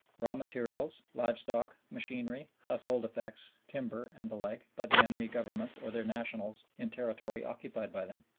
raw materials, live-stock, machinery, household effects, timber, and the like by the enemy governments or their nationals in territory occupied by them.